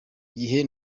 gihe